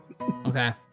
Okay